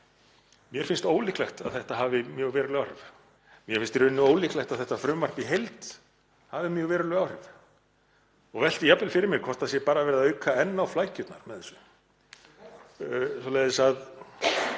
þá finnst mér ólíklegt að þetta hafi mjög veruleg áhrif og mér finnst í raun ólíklegt að þetta frumvarp í heild hafi mjög veruleg áhrif. Ég velti því jafnvel fyrir mér hvort það sé bara verið að auka enn á flækjurnar með þessu. Það er